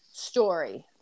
story